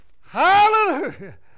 hallelujah